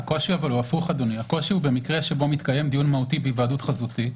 הקושי הוא הפוך הוא במקרה שבו מתקיים דיון מהותי בהיוועדות חזותית,